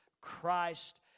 Christ